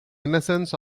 innocence